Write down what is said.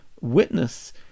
witness